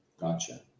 Gotcha